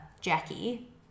jackie